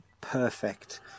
perfect